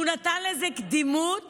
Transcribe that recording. שהוא נתן לזה קדימות